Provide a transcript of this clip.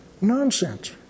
nonsense